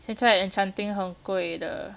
现在 enchanting 很贵的